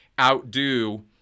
outdo